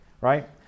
right